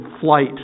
flight